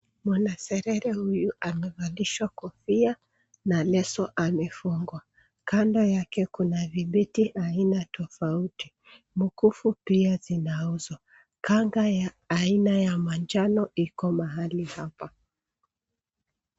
Mwanasesere huyu amevalishwa kofia na leso amefungwa. Kando yake kuna kibeti aina tofauti. Mikufu pia zinauzwa. Kanga ya aina ya manjano iko mahali hapa.